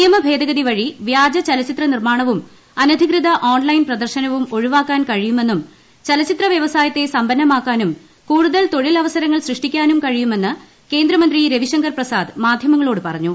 നിയമഭേദഗതി വഴി വ്യാജ ചലച്ചിത്ര നിർമ്മാണവും അനധികൃത ഓൺലൈൻ പ്രദർശനവും ഒഴിവാക്കാൻ കഴിയുമെന്നും ചലച്ചിത്ര വ്യവസായത്തെ സമ്പന്നമാക്കാനും കൂടുതൽ തൊഴിൽ അവസരങ്ങൾ സൃഷ്ടിക്കാനും കഴിയുമെന്ന് കേന്ദ്രമന്ത്രി രവിശങ്കർ പ്രസാദ് മാധ്യമങ്ങളോട് പറഞ്ഞു